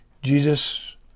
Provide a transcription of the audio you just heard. Jesus